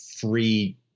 free